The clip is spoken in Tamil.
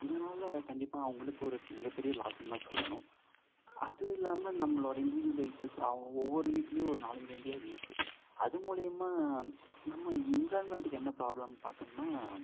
இதனால கண்டிப்பாக அவங்களுக்கு ஒரு மிகப்பெரிய லாஸ்னுதான் சொல்லணும் அது இல்லாமல் நம்மளோட இண்டியூஜுவல் வெஹிகிள்ஸ் அவங்க ஒவ்வொரு வீட்லேயும் ஒரு நாலஞ்சு வண்டியாவது இருக்கு அது மூலியமாக நம்ம என்விரான்மென்ட்டுக்கு என்ன ப்ராப்ளம்னு பாத்தோமுனா